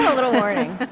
ah little warning